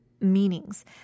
meanings